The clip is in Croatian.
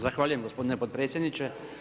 Zahvaljujem gospodine potpredsjedniče.